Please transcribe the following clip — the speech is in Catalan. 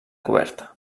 coberta